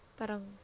parang